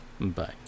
Bye